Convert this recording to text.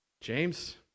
James